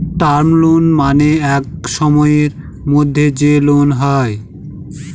term loan মানে এক সময়ের মধ্যে যে লোন হয়